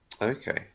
Okay